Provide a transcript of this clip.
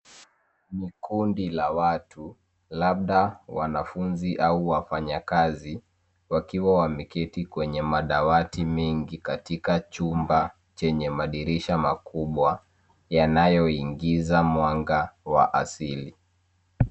Ni kundi la watu labda wanafunzi au wafanyakazi wakiwa wameketi kwenye madawati mengi katika chumba chenye madirisha makubwa yanayoingiza mwanga wa asili.